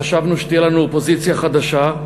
חשבנו שתהיה לנו אופוזיציה חדשה,